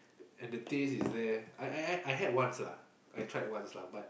and the taste is there I I I I had once lah I tried once lah but